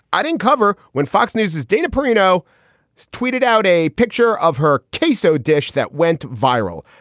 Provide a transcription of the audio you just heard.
i didn't cover when fox news's dana perino tweeted out a picture of her case. so dish that went viral.